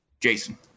Jason